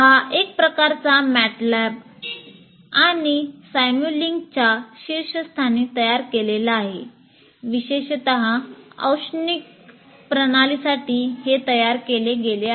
हा एक प्रकारचा मॅटलाब आणि साईमुलिंकच्या शीर्षस्थानी तयार केलेला आहे विशेषत औष्णिक प्रणालींसाठी हे तयार केले गेले आहे